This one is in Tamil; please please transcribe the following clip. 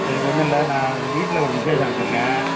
சரி ஒன்னுமில்ல நான் வீட்டில ஒரு விஷேசம் வச்சிருக்கேன்